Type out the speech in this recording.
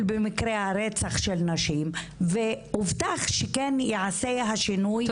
במקרי הרצח של נשים והוא בטח שכן יעשה השינוי המשפטי.